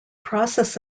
process